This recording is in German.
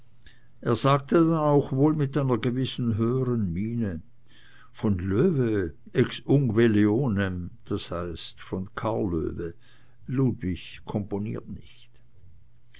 er sagte dann auch wohl mit einer gewissen höheren miene von loewe ex ungue leonem das heißt von karl loewe ludwig komponiert nicht